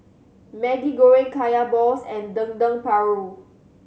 Maggi Goreng Kaya balls and Dendeng Paru